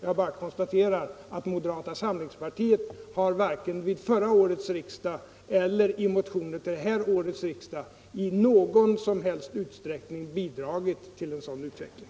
Jag bara konstaterar att moderata samlingspartiet har varken vid förra årets riksdag eller i motioner till årets riksdag i någon som helst utsträckning bidragit till en sådan utveckling.